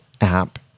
app